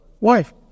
Wife